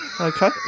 Okay